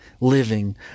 living